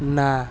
ନା